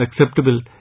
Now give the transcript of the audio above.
acceptable